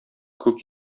күк